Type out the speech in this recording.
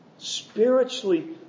spiritually